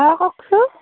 অঁ কওকচোন